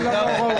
לא, לא.